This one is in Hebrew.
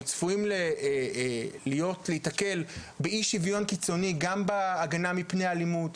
הם צפויים להיתקל באי שוויון קיצוני גם בהגנה מפני אלימות,